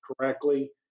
correctly